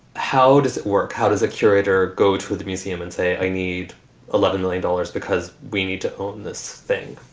how does it work? how does a curator go to the museum and say, i need eleven million dollars because we need to own this thing?